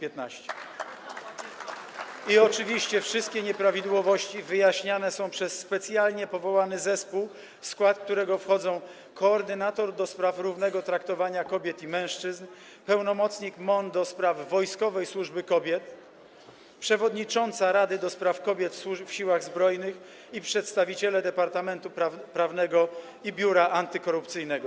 I oczywiście wszystkie nieprawidłowości wyjaśniane są przez specjalnie powołany zespół, w skład którego wchodzą koordynator do spraw równego traktowania kobiet i mężczyzn, pełnomocnik MON do spraw wojskowej służby kobiet, przewodnicząca Rady ds. Kobiet w Siłach Zbrojnych RP i przedstawiciele Departamentu Prawnego i biura antykorupcyjnego.